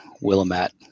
Willamette